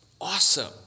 Awesome